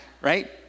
right